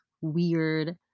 weird